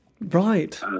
Right